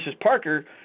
Parker